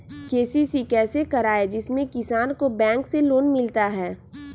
KCC कैसे कराये जिसमे किसान को बैंक से लोन मिलता है?